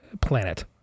planet